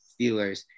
Steelers